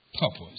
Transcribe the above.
purpose